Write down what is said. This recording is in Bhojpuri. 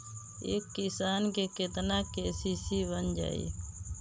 एक किसान के केतना के.सी.सी बन जाइ?